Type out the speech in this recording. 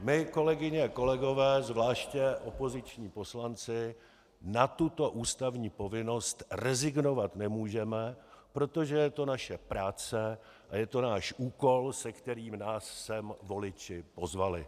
My, kolegyně a kolegové, zvláště opoziční poslanci, na tuto ústavní povinnost rezignovat nemůžeme, protože je to naše práce a je to náš úkol, se kterým nás sem voliči pozvali.